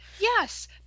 Yes